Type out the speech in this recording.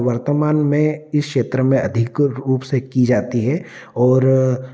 वर्तमान में इस क्षेत्र में अधिक रुप से की जाती है और